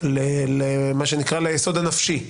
ליסוד הנפשי,